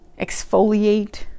exfoliate